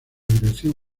dirección